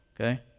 okay